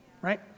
right